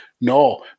No